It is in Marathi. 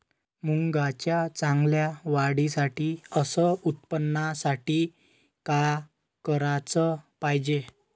मुंगाच्या चांगल्या वाढीसाठी अस उत्पन्नासाठी का कराच पायजे?